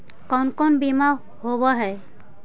कोन कोन बिमा होवय है?